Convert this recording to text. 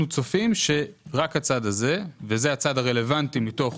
אנחנו צופים שרק הצעד הזה, וזה הצעד הרלוונטי מתוך